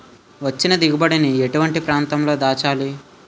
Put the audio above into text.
వచ్చిన దిగుబడి ని ఎటువంటి ప్రాంతం లో దాచాలి?